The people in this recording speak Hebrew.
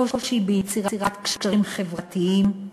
קושי ביצירת קשרים חברתיים,